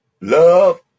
Love